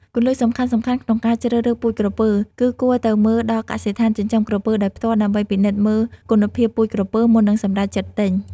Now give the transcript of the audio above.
គន្លឹះសំខាន់ៗក្នុងការជ្រើសរើសពូជក្រពើ គឺគួរទៅមើលដល់កសិដ្ឋានចិញ្ចឹមក្រពើដោយផ្ទាល់ដើម្បីពិនិត្យមើលគុណភាពពូជក្រពើមុននឹងសម្រេចចិត្តទិញ។